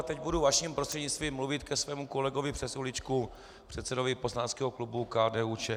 Teď budu vaším prostřednictvím mluvit ke svému kolegovi přes uličku, k předsedovi poslaneckého klubu KDUČSL.